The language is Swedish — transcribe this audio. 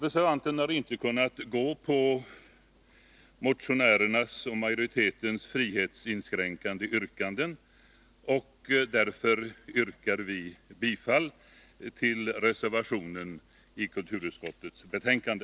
Reservanterna har inte kunnat ställa sig bakom motionärernas och majoritetens frihetsinskränkande yrkanden, och därför yrkar vi bifall till reservationen vid kulturutskottets betänkande.